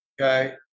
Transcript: Okay